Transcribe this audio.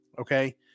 okay